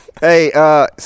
Hey